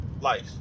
life